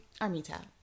Armita